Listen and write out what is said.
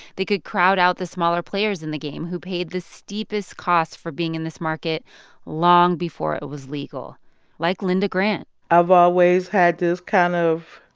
they could crowd out the smaller players in the game who paid the steepest costs for being in this market long before it was legal like linda grant i've always had this kind of